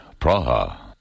Praha